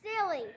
silly